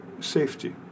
safety